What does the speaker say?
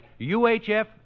UHF